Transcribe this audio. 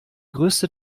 größte